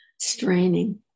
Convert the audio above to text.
straining